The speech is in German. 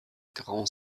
grand